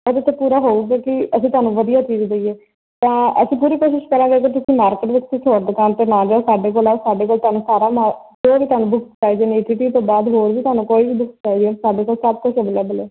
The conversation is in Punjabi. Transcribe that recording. ਇਹਦੇ 'ਤੇ ਪੂਰਾ ਹੋਊਗਾ ਕਿ ਅਸੀਂ ਤੁਹਾਨੂੰ ਵਧੀਆ ਚੀਜ਼ ਦਈਏ ਤਾਂ ਅਸੀਂ ਪੂਰੀ ਕੋਸ਼ਿਸ਼ ਕਰਾਂਗੇ ਅਗਰ ਤੁਸੀਂ ਮਾਰਕੀਟ ਵਿੱਚ ਕਿਸੇ ਹੋਰ ਦੁਕਾਨ 'ਤੇ ਨਾ ਜਾਓ ਸਾਡੇ ਕੋਲ ਆਉ ਸਾਡੇ ਕੋਲ ਤੁਹਾਨੂੰ ਸਾਰਾ ਮਾ ਜੋ ਵੀ ਤੁਹਾਨੂੰ ਬੁਕਸ ਚਾਹੀਦੀਆਂ ਨੇ ਕਿਉਂਕਿ ਇਹ ਤੋਂ ਬਾਅਦ ਹੋਰ ਵੀ ਤੁਹਾਨੂੰ ਕੋਈ ਵੀ ਬੁਕਸ ਚਾਹੀਦੀਆਂ ਸਾਡੇ ਕੋਲ ਸਭ ਕੁਝ ਅਬੇਲੈਬੇਲ ਹੈ